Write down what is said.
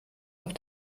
auf